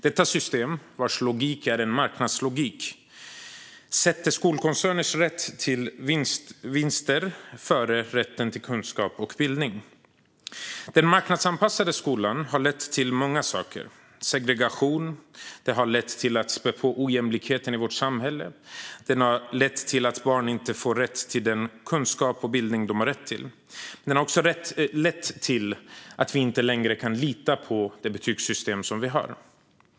Detta system, vars logik är en marknadslogik, sätter skolkoncerners rätt till vinster före rätten till kunskap och bildning. Den marknadsanpassade skolan har lett till många saker. Den har lett till segregation. Den har lett till att ojämlikheten späs på i vårt samhälle. Den har lett till att barn inte får den kunskap och bildning de har rätt till. Den har också lett till att vi inte längre kan lita på det betygssystem vi har.